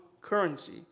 currency